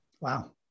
Wow